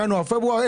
ינואר-פברואר,